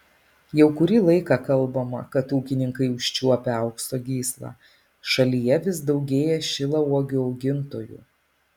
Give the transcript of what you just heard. jau kurį laiką kalbama kad ūkininkai užčiuopę aukso gyslą šalyje vis daugėja šilauogių augintojų